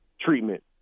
treatment